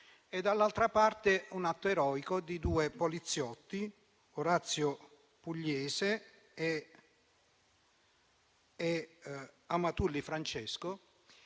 dall'altra parte, l'atto eroico di due poliziotti, Orazio Pugliese e Francesco